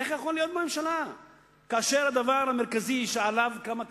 איך יכולנו להיות בממשלה כאשר הדבר המרכזי שעליו קמה קדימה,